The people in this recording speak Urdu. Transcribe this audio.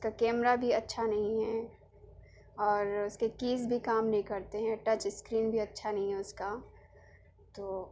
اس کا کیمرہ بھی اچھا نہیں ہے اور اس کے کیز بھی کام نہیں کرتے ہیں ٹچ اسکرین بھی اچھا نہیں ہے اس کا تو